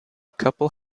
couple